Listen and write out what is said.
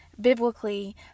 biblically